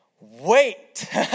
Wait